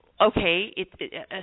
okay